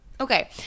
Okay